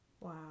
Wow